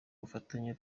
bufatanye